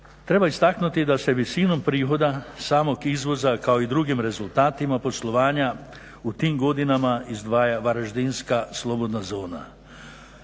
Treba istaknuti da se visinom prihoda samog izvoza kao i drugim rezultatima poslovanja u tim godinama izdvaja varaždinska slobodna zona.